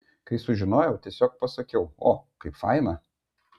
kai sužinojau tiesiog pasakiau o kaip faina